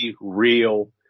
real